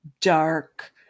dark